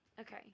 Okay